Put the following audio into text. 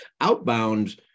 Outbound